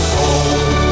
home